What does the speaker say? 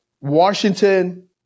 Washington